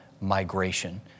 migration